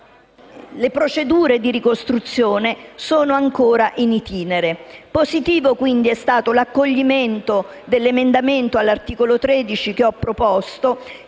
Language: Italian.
le procedure di ricostruzione sono ancora *in itinere*. Positivo, quindi, è stato l'accoglimento dell'emendamento che ho proposto